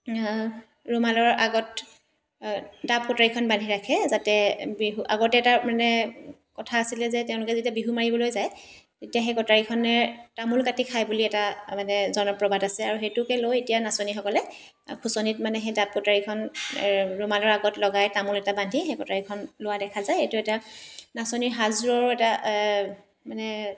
ৰুমালৰ আগত দাব কটাৰীখন বান্ধি ৰাখে যাতে বিহু আগত এটা মানে কথা আছিলে যে তেওঁলোকে যেতিয়া বিহু মাৰিবলৈ যায় তেতিয়া সেই কটাৰীখনে তামোল কাটি খায় বুলি এটা মানে জনপ্ৰবাদ আছে আৰু সেইটোকে লৈ এতিয়া নাচনীসকলে খুচনিত মানে সেই দাব কটাৰীখন ৰুমালৰ আগত লগাই তামোল এটা বান্ধি সেই কটাৰীখন লোৱা দেখা যায় এইটো এটা নাচনীৰ সাজযোৰৰো এটা মানে